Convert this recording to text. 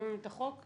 מקיימים את החוק?